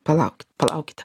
palaukit palaukit